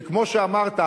כמו שאמרת,